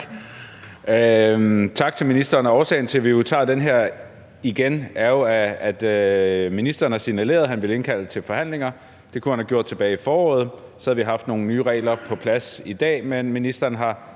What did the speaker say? Tak til ministeren. Årsagen til, vi tager den her igen, er jo, at ministeren har signaleret, at han ville indkalde til forhandlinger. Det kunne han have gjort tilbage i foråret, så havde vi haft nogle nye regler på plads i dag, men ministeren har